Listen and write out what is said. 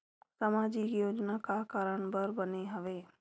सामाजिक योजना का कारण बर बने हवे?